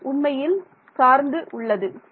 ஆம் உண்மையில் சார்ந்து உள்ளது